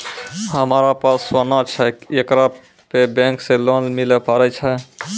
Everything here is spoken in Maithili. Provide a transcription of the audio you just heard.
हमारा पास सोना छै येकरा पे बैंक से लोन मिले पारे छै?